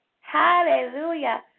hallelujah